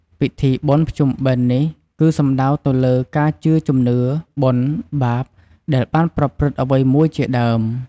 ពិធីបុណ្យភ្ជុំបិណ្យនេះគឺសំដៅទៅលើការជឿជំនឿ បុណ្យ បាប ដែលបានប្រព្រឺត្តអ្វីមួយជាដើម។